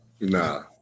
Nah